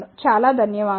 చాలా ధన్యవాదాలు